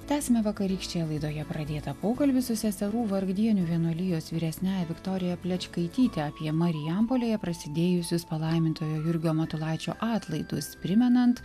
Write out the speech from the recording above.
tęsiame vakarykštėje laidoje pradėtą pokalbį su seserų vargdienių vienuolijos vyresnią viktorija plečkaityte apie marijampolėje prasidėjusius palaimintojo jurgio matulaičio atlaidus primenant